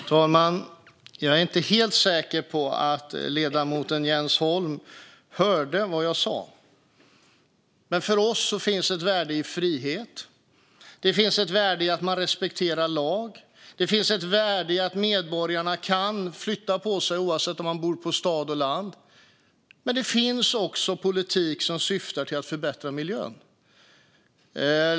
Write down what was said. Fru talman! Jag är inte helt säker på att ledamoten Jens Holm hörde vad jag sa. För oss finns det ett värde i frihet. Det finns ett värde i att man respekterar lag. Det finns ett värde i att medborgarna kan flytta på sig oavsett om de bor i staden eller på landet. Men det finns också politik som syftar till att förbättra miljön.